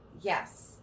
Yes